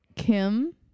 Kim